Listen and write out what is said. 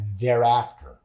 thereafter